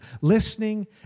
Listening